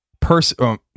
person